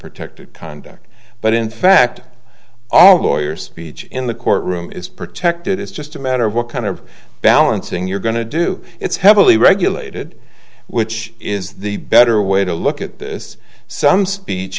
protected conduct but in fact all lawyer speech in the courtroom is protected it's just a matter of what kind of balancing you're going to do it's heavily regulated which is the better way to look at this some speech